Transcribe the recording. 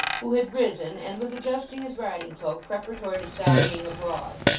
who had risen and was adjusting his riding-cloak preparatory to sallying abroad.